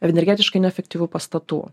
energetiškai neefektyvių pastatų